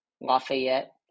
Lafayette